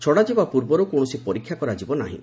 ଛଡ଼ାଯିବା ପୂର୍ବରୁ କୌଣସି ପରୀକ୍ଷା କରାଯିବ ନାହିଁ